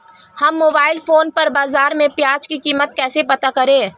हम mobile phone पर बाज़ार में प्याज़ की कीमत कैसे पता करें?